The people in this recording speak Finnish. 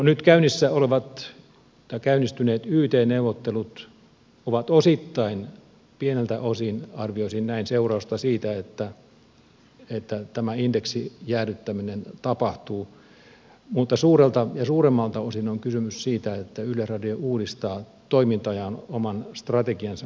nyt käynnistyneet yt neuvottelut ovat osittain pieneltä osin arvioisin näin seurausta siitä että tämä indeksijäädyttäminen tapahtuu mutta suuremmalta osin on kysymys siitä että yleisradio uudistaa toimintojaan oman strategiansa mukaisesti